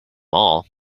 all